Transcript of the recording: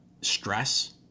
stress